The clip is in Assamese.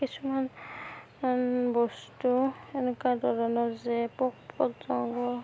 কিছুমান বস্তু এনেকুৱা ধৰণৰ যে পোক পতংগ